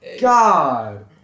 God